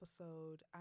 episode